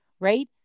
right